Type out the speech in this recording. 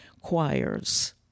choirs